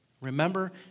Remember